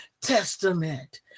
Testament